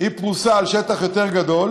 פרוסה על שטח יותר גדול,